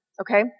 Okay